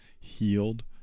healed